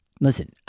Listen